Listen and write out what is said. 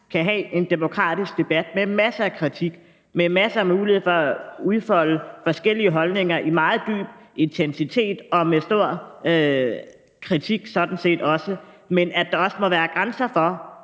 kan have en demokratisk debat med masser af kritik og med masser af mulighed for at udfolde forskellige holdninger med dyb intensitet, men at der også må være grænse for